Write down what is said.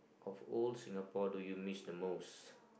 of old Singapore do you miss the most